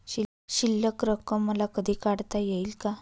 शिल्लक रक्कम मला कधी काढता येईल का?